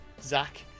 Zach